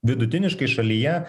vidutiniškai šalyje